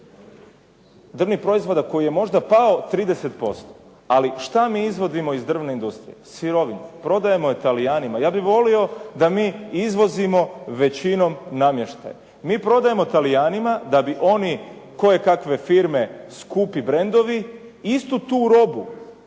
drvnih proizvoda koji je možda pao 30% ali šta mi izvodimo iz drvne industrije. Sirovinu, prodajemo je Talijanima. Ja bih volio da mi izvozimo većinom namještaj. Mi prodajemo Talijanima da bi oni kojekakve firme skupi brendovi istu tu robu